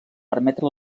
permetre